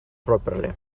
properly